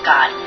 God